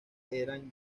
eran